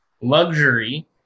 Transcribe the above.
luxury